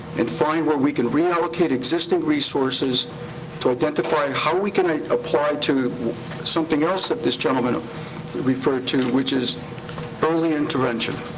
and find where we can reallocate existing resources to identify how we can apply to something else gentleman um referred to, which is early intervention.